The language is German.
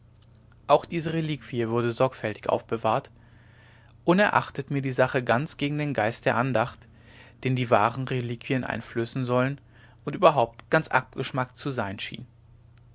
auch diese reliquie wurde sorgfältig aufbewahrt unerachtet mir die sache ganz gegen den geist der andacht den die wahren reliquien einflößen sollen und überhaupt ganz abgeschmackt zu sein schien